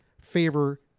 favor